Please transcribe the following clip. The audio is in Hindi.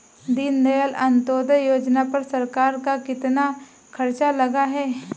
दीनदयाल अंत्योदय योजना पर सरकार का कितना खर्चा लगा है?